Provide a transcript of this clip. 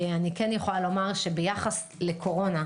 אני כן יכולה לומר שביחס לקורונה,